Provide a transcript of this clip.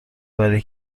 برای